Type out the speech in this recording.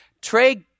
Trey